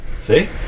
See